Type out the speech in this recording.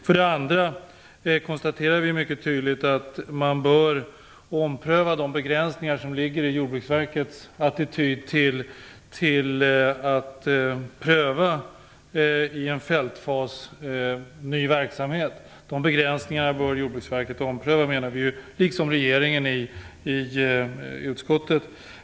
För det andra konstaterar vi mycket tydligt att man bör ompröva de begränsningar som ligger i Jordbruksverkets attityd till att i en fältfas pröva ny verksamhet. Vi menar alltså att Jordbruksverket och regeringen bör ompröva begränsningarna.